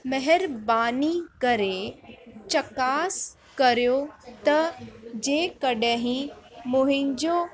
महिरबानी करे चकास कयो त जेकॾहिं मुंहिंजो